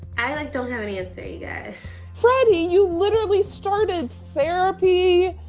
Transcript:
i like don't have an answer, you guys. freddie, you literally started therapy.